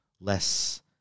less